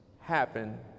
happen